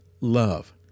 love